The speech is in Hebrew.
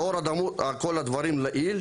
לאור כל הדברים לעיל,